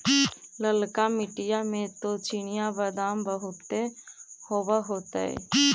ललका मिट्टी मे तो चिनिआबेदमां बहुते होब होतय?